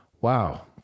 Wow